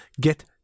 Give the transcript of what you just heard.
get